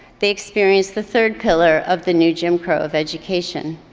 they experience the third pillar of the new jim crow of education,